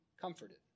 comforted